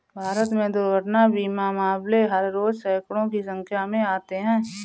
भारत में दुर्घटना बीमा मामले हर रोज़ सैंकडों की संख्या में आते हैं